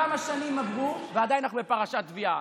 כמה שנים עברו ואנחנו עדיין בפרשת התביעה.